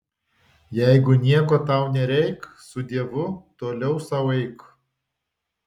jeigu nieko tau nereik su dievu toliau sau eik